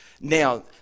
Now